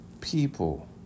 people